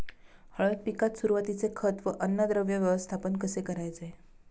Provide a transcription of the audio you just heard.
हळद पिकात सुरुवातीचे खत व अन्नद्रव्य व्यवस्थापन कसे करायचे?